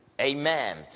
Amen